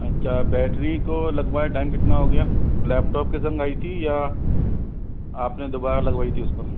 अच्छा बेटरी को लगवाए टाइम कितना हो गया लैपटॉप के संग आई थी या आपने दोबारा लगवाई थी उसको